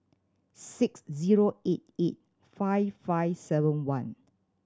six zero eight eight five five seven one